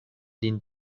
lin